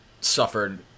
suffered